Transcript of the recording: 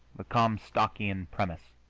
the comstockian premiss